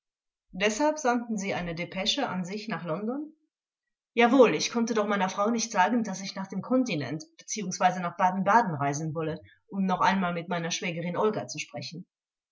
deshalb sandten sie eine depesche an sich nach london angekl jawohl ich konnte doch meiner frau nicht sagen daß ich nach dem kontinent bzw nach baden-baden reisen wolle um noch einmal mit meiner schwägerin olga zu sprechen